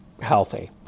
healthy